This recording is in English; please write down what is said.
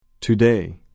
Today